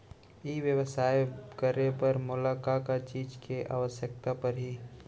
ई व्यवसाय करे बर मोला का का चीज के आवश्यकता परही?